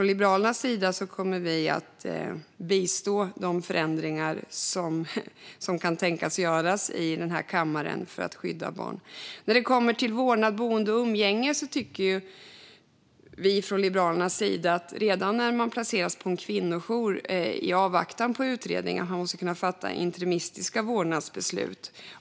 Liberalerna kommer att bistå de förändringar som kan tänkas göras i denna kammare för att skydda barn. I fråga om vårdnad, boende och umgänge tycker vi i Liberalerna att man redan när någon placeras hos en kvinnojour i avvaktan på utredning ska kunna fatta interimistiska vårdnadsbeslut.